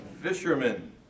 Fishermen